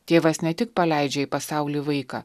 tėvas ne tik paleidžia į pasaulį vaiką